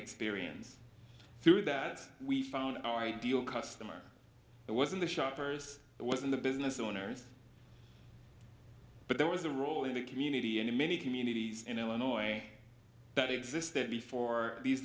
experience through that we found our ideal customer it was in the shoppers it was in the business owners but there was a role in the community and in many communities in illinois that existed before these